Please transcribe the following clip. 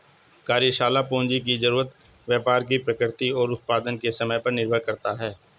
कार्यशाला पूंजी की जरूरत व्यापार की प्रकृति और उत्पादन के समय पर निर्भर करता है